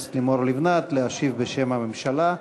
הכנסת לימור לבנת להשיב בשם הממשלה.